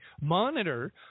monitor